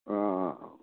ਹਾਂ